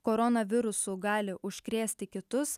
koronavirusu gali užkrėsti kitus